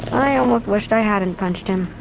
i almost wished i hadn't punched him.